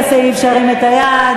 לסעיף תקציבי 32,